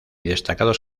destacados